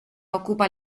occupa